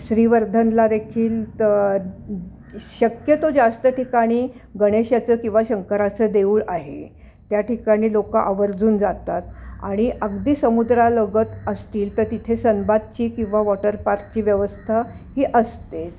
श्रीवर्धनला देखील त शक्यतो जास्त ठिकाणी गणेशाचं किंवा शंकराचं देऊळ आहे त्या ठिकाणी लोक आवर्जून जातात आणि अगदी समुद्रालगत असतील तर तिथे सनबातची किंवा वॉटरपार्कची व्यवस्था ही असतेच